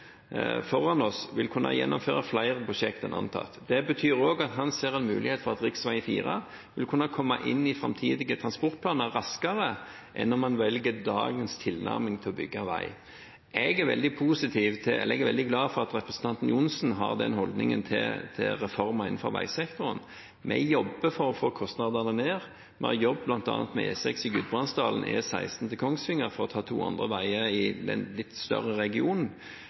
foran oss, vil kunne gjennomføre flere prosjekter enn antatt. Det betyr også at han ser en mulighet for at rv. 4 vil kunne komme inn i framtidige transportplaner raskere enn om man velger dagens tilnærming til å bygge vei. Jeg er veldig glad for at representanten Johnsen har den holdningen til reformer innenfor veisektoren. Vi jobber for å få kostnadene ned. Vi har bl.a. jobbet med E6 i Gudbrandsdalen, E16 til Kongsvinger – for å ta to andre veier i den litt større regionen